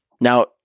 Now